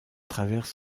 travers